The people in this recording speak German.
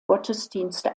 gottesdienste